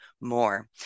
more